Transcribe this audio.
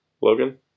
Logan